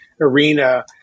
arena